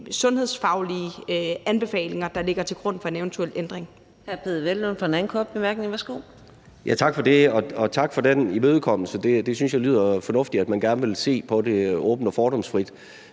sundhedsfaglige anbefalinger, der ligger til grund for en eventuel ændring.